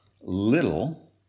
little